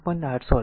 888 અને 5a